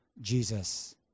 Jesus